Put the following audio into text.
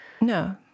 No